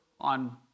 on